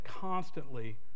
constantly